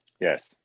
Yes